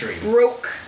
broke